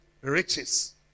Riches